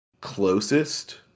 closest